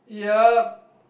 yup